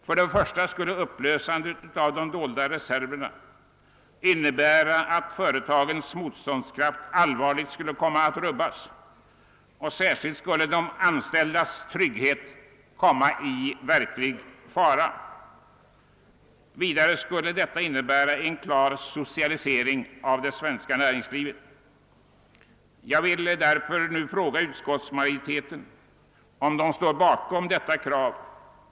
Först och främst skulle ett upplösande av de dolda reserverna innebära att företagens motståndskraft = allvarligt nedsättes och de anställdas trygghet äventyras. Vidare skulle åtgärden innebära en klar socialisering av det svenska näringslivet. Därför vill jag fråga utskottets majoritet, om man verkligen står bakom detta krav.